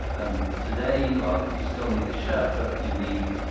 and today, well, you still need the shirt, but you need